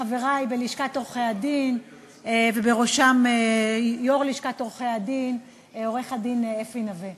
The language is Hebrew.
חברי בלשכת עורכי-הדין ובראשם יו"ר לשכת עורכי-הדין עורך-הדין אפי נוה,